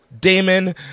Damon